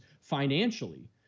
financially